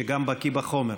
שגם בקי החומר.